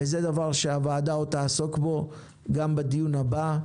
זה דבר שהוועדה עוד תעסוק בו גם בדיון הבא.